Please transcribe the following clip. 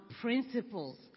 principles